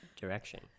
direction